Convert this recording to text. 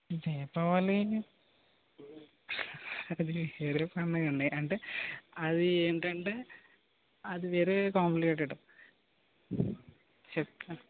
దీపావళి అది నా ఫేవరెట్ పండుగ అండీ అంటే అది ఏంటంటే అది వేరే కాంప్లికేటెడ్ చెప్తాను